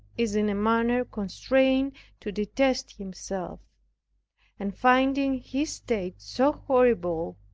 is in a manner constrained to detest himself and finding his state so horrible,